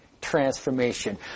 transformation